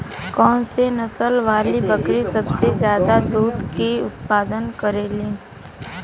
कौन से नसल वाली बकरी सबसे ज्यादा दूध क उतपादन करेली?